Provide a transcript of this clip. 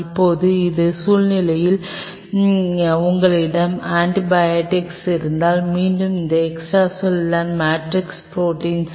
இப்போது இந்த சூழ்நிலையில் உங்களிடம் ஆன்டிபாடிகள் இருந்தால் மீண்டும் இந்த எக்ஸ்ட்ராசெல்லுலர் மேட்ரிக்ஸ் ப்ரோடீன்ஸ்